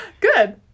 Good